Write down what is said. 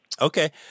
Okay